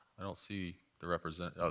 i don't see the represent oh,